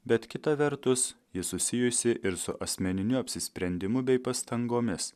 bet kita vertus ji susijusi ir su asmeniniu apsisprendimu bei pastangomis